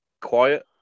quiet